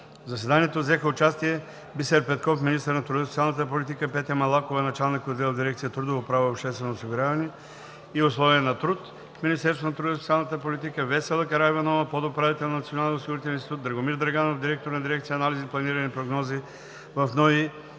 В заседанието взеха участие Бисер Петков – министър на труда и социалната политика, Петя Малакова – началник-отдел в дирекция „Трудово право, обществено осигуряване и условия на труд“ в Министерството на труда и социалната политика, Весела Караиванова – подуправител на Националния осигурителен институт, Драгомир Драганов – директор на дирекция „Анализи, планиране и прогнозиране“